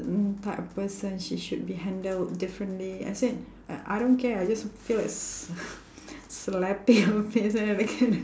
type of person she should be handled differently I said I I don't care I just feel like s~ slapping her face like that